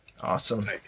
Awesome